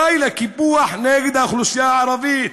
די לקיפוח של האוכלוסייה הערבית.